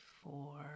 four